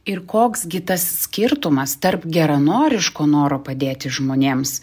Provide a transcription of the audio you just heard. ir koks gi tas skirtumas tarp geranoriško noro padėti žmonėms